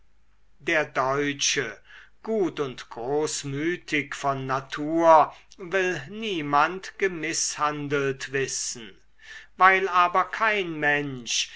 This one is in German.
der deutsche gut und großmütig von natur will niemand gemißhandelt wissen weil aber kein mensch